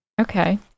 Okay